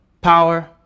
power